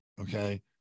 Okay